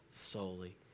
solely